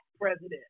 president